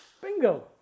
Bingo